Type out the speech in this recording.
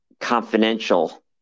confidential